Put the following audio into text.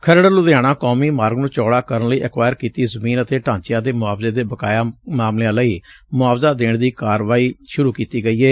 ਖਰੜ ਲੁਧਿਆਣਾ ਕੌਮੀ ਮਾਰਗ ਨੂੰ ਚੌੜਾ ਕਰਨ ਲਈ ਐਕਵਾਇਰ ਕੀਤੀ ਜ਼ਮੀਨ ਅਤੇ ਢਾਂਚਿਆਂ ਦੇ ਮੁਆਵਜ਼ੇ ਦੇ ਬਕਾਇਆ ਮਾਮਲਿਆਂ ਲਈ ਮੁਆਵਜ਼ਾ ਦੇਣ ਦੀ ਕਾਰਵਾਈ ਸੁਰੂ ਕੀਤੀ ਗਈ ਏ